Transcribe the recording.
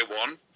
one